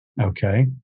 Okay